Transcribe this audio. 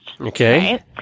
Okay